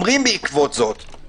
בעקבות זאת הם אומרים,